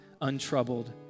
untroubled